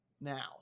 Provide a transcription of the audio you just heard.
Now